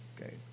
Okay